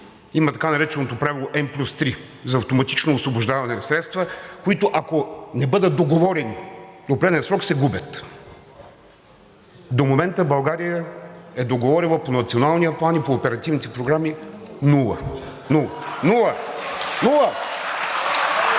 има така нареченото правило… плюс три за автоматично освобождаване на средства, които ако не бъдат договорени в определен срок, се губят. До момента България е договорила по Националния план и по оперативните програми – нула, нула, нула!